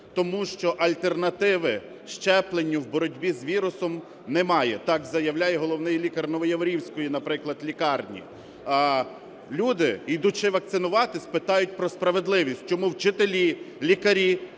Тому що альтернативи щепленню у боротьбі з вірусом немає, так заявляє головний лікар новояворівської, наприклад, лікарні. А люди, йдучи вакцинуватися, питають про справедливість: чому вчителі, лікарі,